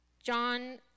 John